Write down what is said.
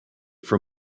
for